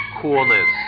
coolness